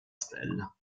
stella